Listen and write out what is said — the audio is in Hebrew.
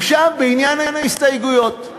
עכשיו בעניין ההסתייגויות,